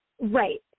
Right